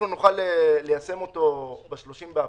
נוכל ליישם אותו ב-30 לאפריל,